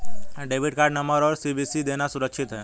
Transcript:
Debit card number और CVV देना सुरक्षित है?